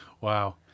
Wow